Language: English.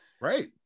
right